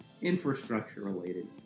infrastructure-related